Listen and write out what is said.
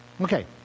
Okay